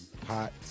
pot